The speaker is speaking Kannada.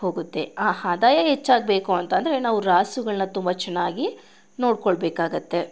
ಹೋಗುತ್ತೆ ಆ ಆದಾಯ ಹೆಚ್ಚಾಗ್ಬೇಕು ಅಂತ ಅಂದ್ರೆ ನಾವು ರಾಸುಗಳನ್ನ ತುಂಬ ಚೆನ್ನಾಗಿ ನೋಡ್ಕೊಳ್ಬೇಕಾಗುತ್ತೆ